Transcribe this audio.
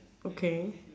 okay